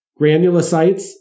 Granulocytes